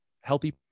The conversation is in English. healthy